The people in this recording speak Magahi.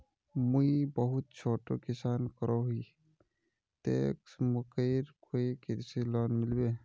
मुई बहुत छोटो किसान करोही ते मकईर कोई कृषि लोन मिलबे?